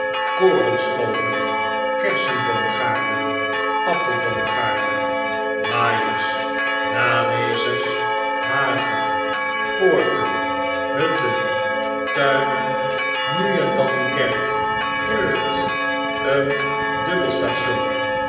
korenschoven kersenboqmgaarden appelboomgaarden maaiers nalezers hagen poorten hutten tuinen nu en dan een kerk r r t t een dubbel station